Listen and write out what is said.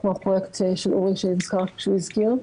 כמו הפרויקט שאורי הזכיר.